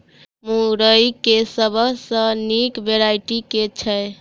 मुरई केँ सबसँ निक वैरायटी केँ छै?